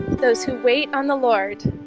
those who wait on the lord